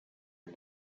and